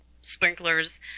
sprinklers